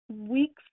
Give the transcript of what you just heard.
weeks